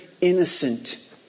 innocent